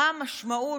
מה המשמעות?